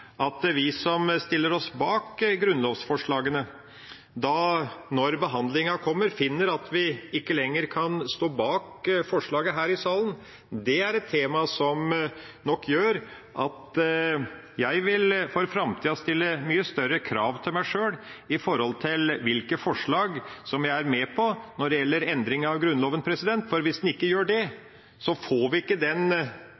vi som stiller oss bak grunnlovsforslagene, finner at vi ikke lenger kan stå bak forslaget her i salen når behandlinga kommer. Det er et tema som gjør at jeg for framtida vil stille mye større krav til meg sjøl, om hvilke forslag jeg er med på når det gjelder endring av Grunnloven. Hvis en ikke gjør det, får vi ikke den